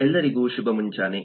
ಎಲ್ಲರಿಗು ಶುಭ ಮುಂಜಾನೆ